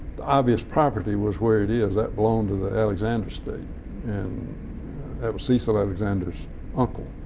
the obvious property was where it is. that belonged to the alexander estate and that was cecil alexander's uncle,